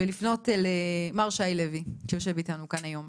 אני רוצה לפנות למר שי לוי שיושב איתנו כאן היום,